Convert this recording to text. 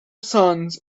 sons